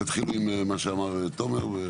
תתחילו עם מה שאמר תומר.